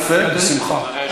יפה, בשמחה.